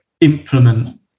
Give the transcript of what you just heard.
implement